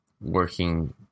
working